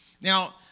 Now